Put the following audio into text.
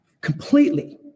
completely